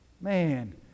Man